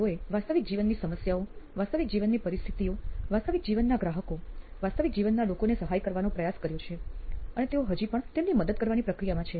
તેઓએ વાસ્તવિક જીવનની સમસ્યાઓ વાસ્તવિક જીવનની પરિસ્થિતિઓ વાસ્તવિક જીવન ગ્રાહકો વાસ્તવિક જીવનના લોકોને સહાય કરવાનો પ્રયાસ કર્યો છે અને તેઓ હજી પણ તેમની મદદ કરવાની પ્રક્રિયામાં છે